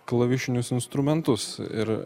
klavišinius instrumentus ir